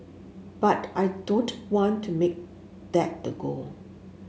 but I don't want to make that the goal